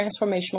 transformational